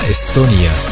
Estonia